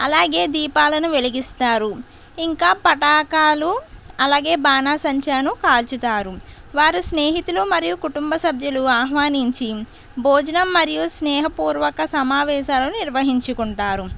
అలాగే దీపాలను వెలిగిస్తారు ఇంకా పతాకాలు అలాగే బాణాసంచాను కాల్చుతారు వారు స్నేహితులు మరియు కుటుంబ సభ్యులు ఆహ్వానించి భోజనం మరియు స్నేహపూర్వక సమావేశాలను నిర్వహించుకుంటారు